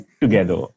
together